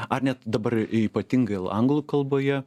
ar net dabar ypatingai anglų kalboje